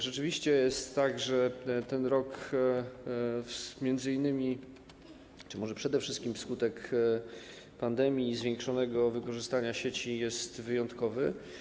Rzeczywiście jest tak, że ten rok między innymi czy może przede wszystkim wskutek pandemii i zwiększonego wykorzystywania sieci jest wyjątkowy.